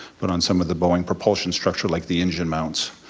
but on some of the boeing propulsion structure like the engine mounts.